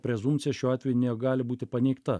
prezumpcija šiuo atveju negali būti paneigta